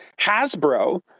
Hasbro